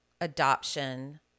adoption